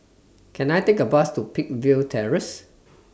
Can I Take A Bus to Peakville Terrace